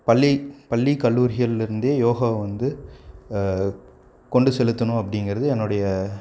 பள்ளி பள்ளி கல்லூரிகளிலிருந்தே யோகாவை வந்து கொண்டு செலுத்தணும் அப்படிங்கறது என்னுடைய